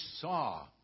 saw